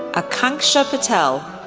aakanksha patel,